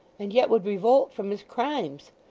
and yet would revolt from his crimes.